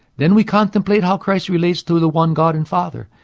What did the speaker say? then we contemplate how christ relates to the one god and father,